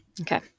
Okay